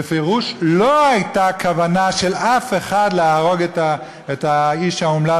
בפירוש לא הייתה כוונה של אף אחד להרוג את האיש האומלל,